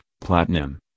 Platinum